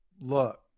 look